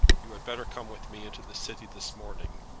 you had better come with me into the city this morning.